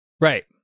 Right